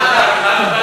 נתקבלה.